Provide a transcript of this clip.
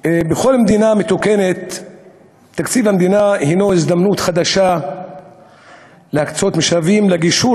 בכל מדינה מתוקנת תקציב המדינה הנו הזדמנות חדשה להקצות משאבים לגישור